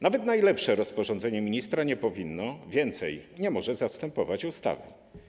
Nawet najlepsze rozporządzenie ministra nie powinno, co więcej, nie może zastępować ustawy.